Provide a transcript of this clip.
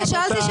בעד.